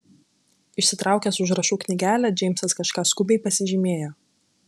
išsitraukęs užrašų knygelę džeimsas kažką skubiai pasižymėjo